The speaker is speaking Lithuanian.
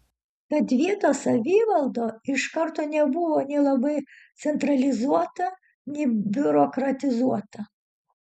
tad vietos savivalda iš karto nebuvo nei labai centralizuota nei biurokratizuota